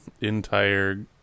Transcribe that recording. entire